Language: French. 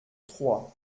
trois